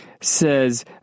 says